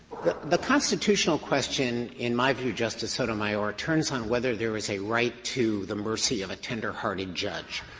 the constitutional question, in my view, justice sotomayor, turns on whether there is a right to the mercy of a tenderhearted judge.